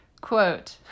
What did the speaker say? quote